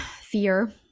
fear